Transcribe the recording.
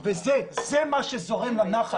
וזה מה שזורם לנחל.